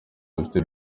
dufite